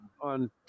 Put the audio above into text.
on